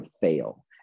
fail